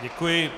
Děkuji.